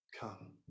Come